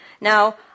Now